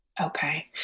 Okay